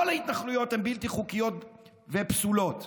כל ההתנחלויות הן בלתי חוקיות ופסולות,